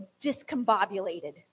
discombobulated